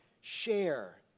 share